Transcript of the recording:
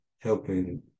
helping